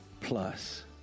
plus